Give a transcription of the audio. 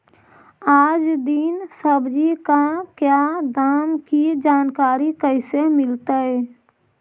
आज दीन सब्जी का क्या दाम की जानकारी कैसे मीलतय?